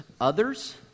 others